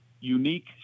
unique